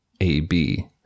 AB